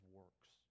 works